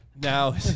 Now